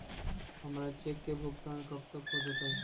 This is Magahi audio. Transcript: हमर चेक के भुगतान कब तक हो जतई